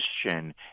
Christian